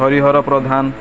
Harihar Pradhan